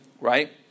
right